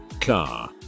car